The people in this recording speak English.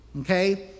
Okay